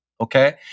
Okay